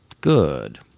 Good